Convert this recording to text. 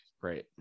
Great